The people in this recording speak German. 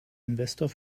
investor